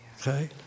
Okay